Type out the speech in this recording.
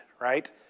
right